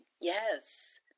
yes